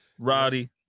Roddy